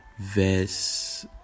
verse